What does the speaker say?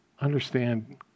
understand